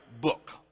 book